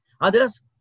Others